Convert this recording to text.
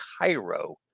Cairo